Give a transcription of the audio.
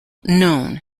known